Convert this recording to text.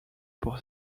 pour